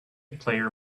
player